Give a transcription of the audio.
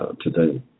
today